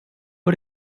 att